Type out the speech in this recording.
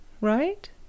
right